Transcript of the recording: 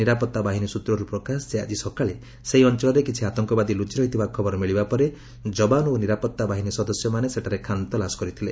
ନିରାପତ୍ତା ବାହିନୀ ସୂତ୍ରରୁ ପ୍ରକାଶ ଯେ ଆଜି ସକାଳେ ସେହି ଅଞ୍ଚଳରେ କିଛି ଆତଙ୍କବାଦୀ ଲୁଚିରହିଥିବା ଖବର ମିଳିବା ପରେ ଯବାନ ଓ ନିରାପତ୍ତା ବାହିନୀ ସଦସ୍ୟମାନେ ସେଠାରେ ଖାନ୍ତଲାସ କରିଥିଲେ